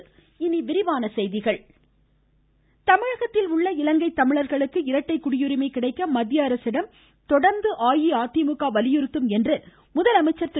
முதலமைச்சர் தமிழகத்தில் உள்ள இலங்கைத் தமிழர்களுக்கு இரட்டை குடியுரிமை கிடைக்க மத்திய அரசிடம் தொடர்ந்து அஇஅதிமுக வலியுறுத்தும் என்று முதலமைச்சர் திரு